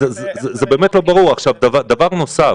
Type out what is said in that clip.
דבר נוסף,